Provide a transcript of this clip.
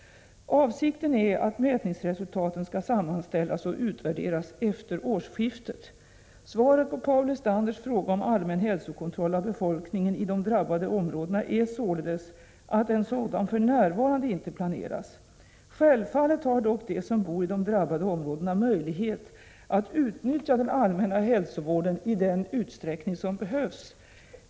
Avsikten är att mätningsresultaten skall sammanställas och utvärderas efter årsskiftet. Svaret på Paul Lestanders fråga om allmän hälsokontroll av befolkningen i de drabbade områdena är således att en sådan för närvarande inte planeras. Självfallet har dock de som bor i de drabbade områdena möjlighet att utnyttja den allmänna hälsovården i den utsträckning som behövs.